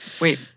Wait